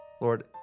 Lord